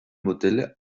modelle